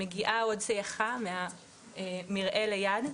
מגיעה עוד סייחה מהמרעה ליד,